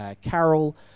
Carol